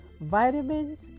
Vitamins